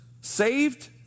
saved